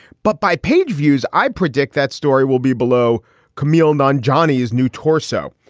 but by page views, i predict that story will be below camille non johnnys new torso.